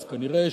אז כנראה,